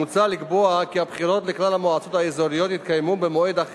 מוצע לקבוע כי הבחירות לכלל המועצות האזוריות יתקיימו במועד אחד